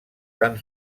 tan